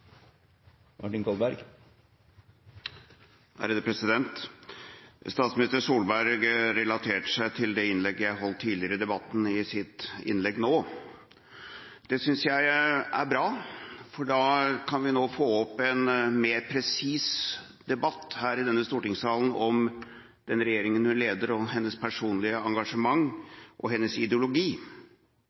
Statsminister Solberg relaterte sitt innlegg nå til det innlegget jeg holdt tidligere i debatten. Det synes jeg er bra, for da kan vi nå få en mer presis debatt her i stortingssalen om den regjeringa hun leder, hennes personlige engasjement og hennes ideologi.